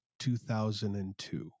2002